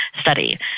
study